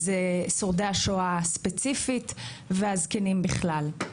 זה שורדי השואה הספציפית והזקנים בכלל.